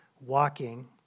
walking